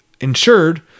insured